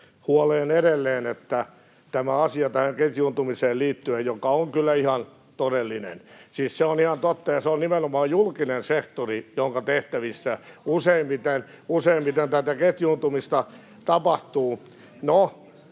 huoleen edelleen, että tämä asia tähän ketjuuntumiseen liittyen — joka on kyllä ihan todellinen — on ihan totta, ja se on nimenomaan julkinen sektori, [Perussuomalaisten ryhmästä: Oho!]